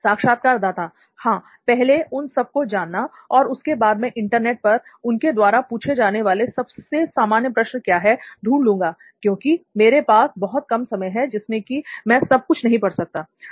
साक्षात्कारदाता हां पहले उन सब को जानना और उसके बाद मैं इंटरनेट पर उनके द्वारा पूछे जाने वाला सबसे सामान्य प्रश्न क्या है ढूंढ लूँगा क्योंकि मेरे पास बहुत कम समय है जिसमें कि मैं सब कुछ नहीं पढ़ सकता हूं